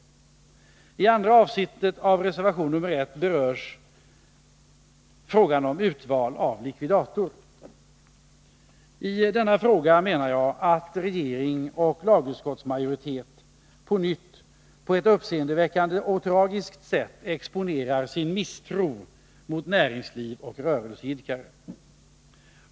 I andra avsnittet av reservation nr 1 berörs frågan om val av likvidator. I denna fråga menar jag att regering och lagutskottets majoritet på nytt, på ett uppseendeväckande och tragiskt sätt, exponerar sin misstro mot näringsliv och rörelseidkare.